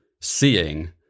seeing